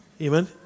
Amen